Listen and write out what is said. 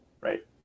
right